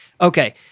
Okay